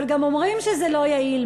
אבל גם אומרים שזה לא יעיל.